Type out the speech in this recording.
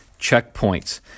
checkpoints